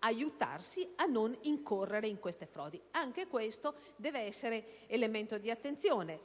aiutarlo a non incorrere in queste frodi. Anche questo deve essere elemento di attenzione.